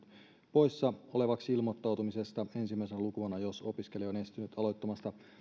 poissa olevaksi ilmoittautumisesta ensimmäisenä lukuvuonna jos opiskelija on estynyt aloittamasta